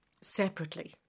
separately